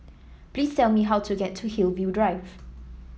please tell me how to get to Hillview Drive